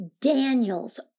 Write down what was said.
Daniel's